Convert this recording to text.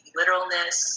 literalness